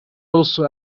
also